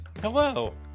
Hello